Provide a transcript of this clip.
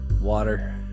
water